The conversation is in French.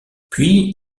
puis